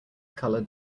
colored